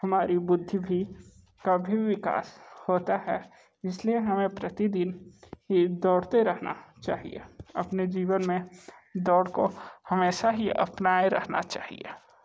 हमारी बुद्धि भी का भी विकास होता है इसलिए हमें प्रतिदिन ही दौड़ते रहना चाहिए अपने जीवन में दौड़ को हमेशा ही अपनाए रहना चाहिए